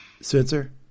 Spencer